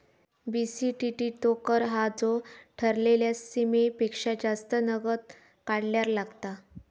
BCTT तो कर हा जो ठरलेल्या सीमेपेक्षा जास्त नगद काढल्यार लागता